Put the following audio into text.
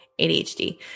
ADHD